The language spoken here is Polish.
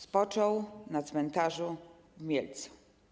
Spoczął na cmentarzu w Mielcu.